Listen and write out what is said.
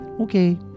Okay